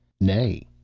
nay,